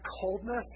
coldness